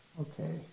Okay